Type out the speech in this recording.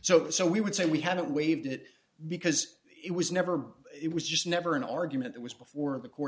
so so we would say we had it waived it because it was never it was just never an argument that was before the court